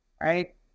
right